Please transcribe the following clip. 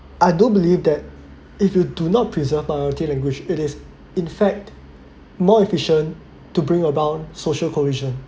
I do believe that if you do not preserve minority language it is in fact more efficient to bring about social cohesion